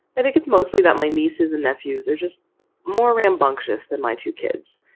i think it's mostly that my nieces and nephews are just more rambunctious than my two kids.